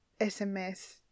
SMS